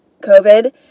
COVID